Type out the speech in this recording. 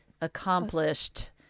accomplished